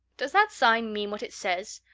does that sign mean what it says?